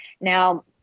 Now